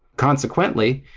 consequently,